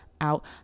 out